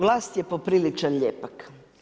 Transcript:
Vlas je popriličan lijepak.